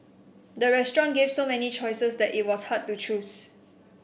the restaurant gave so many choices that it was hard to choose